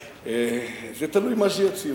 זה תלוי במה שיציעו.